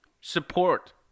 support